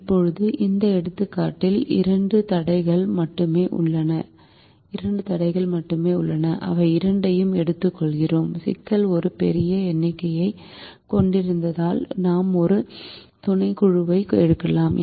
இப்போது இந்த எடுத்துக்காட்டில் இரண்டு தடைகள் மட்டுமே உள்ளன அவை இரண்டையும் எடுத்துக்கொள்கிறோம் சிக்கல் ஒரு பெரிய எண்ணிக்கையைக் கொண்டிருந்தால் நாம் ஒரு துணைக்குழுவை எடுக்கலாம்